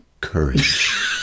courage